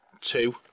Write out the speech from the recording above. Two